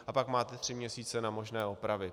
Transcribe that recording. A pak máte tři měsíce na možné opravy.